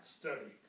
study